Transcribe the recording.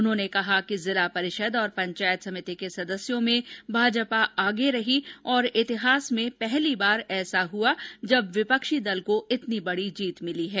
उन्होंने कहा कि जिला परिषद और पंचायत सभिति के सदस्यों में भाजपा आगे रही और इतिहास में पहली बार ऐसा हुआ जब विपक्षी दल को इतनी बड़ी जीत भिली है